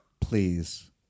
please